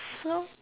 so